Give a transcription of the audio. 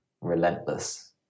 relentless